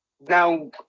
now